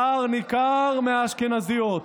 פער ניכר מהאשכנזיות.